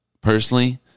Personally